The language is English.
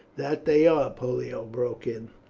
that they are, pollio broke in.